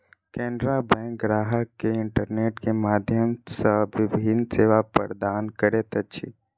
Canara bank ग्राहक के internet के माध्यम सॅ विभिन्न सेवा प्रदान करैत अछि